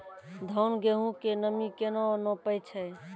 धान, गेहूँ के नमी केना नापै छै?